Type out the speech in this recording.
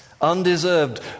Undeserved